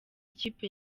ikipe